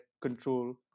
control